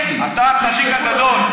אתה הצדיק הגדול.